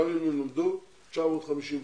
גם אם הם למדו 950 שעות.